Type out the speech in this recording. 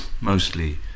Mostly